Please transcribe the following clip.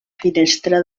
finestra